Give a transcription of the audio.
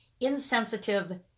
insensitive